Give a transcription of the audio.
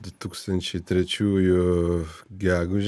du tūkstančiai trečiųjų gegužė